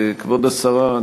כבוד השרה,